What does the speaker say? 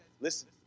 listen